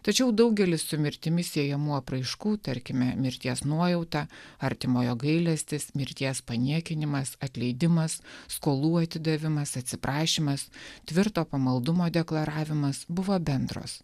tačiau daugelis su mirtimi siejamų apraiškų tarkime mirties nuojauta artimojo gailestis mirties paniekinimas atleidimas skolų atidavimas atsiprašymas tvirto pamaldumo deklaravimas buvo bendros